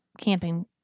camping